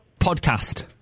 Podcast